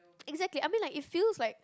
exactly I mean like it feels like